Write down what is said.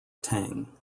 teng